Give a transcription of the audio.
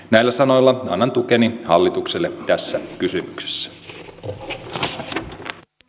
näillä sanoilla annan tukeni hallitukselle tässä kysymyksessä